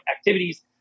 activities